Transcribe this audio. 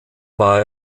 war